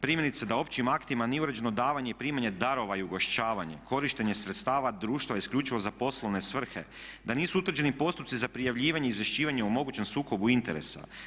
Primjerice da općim aktima nije utvrđeno davanje i primanje darova i ugošćavanje, korištenje sredstava društva isključivo za poslovne svrhe, da nisu utvrđeni postupci za prijavljivanje i izvješćivanje o mogućem sukobu interesa.